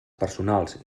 personals